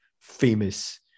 famous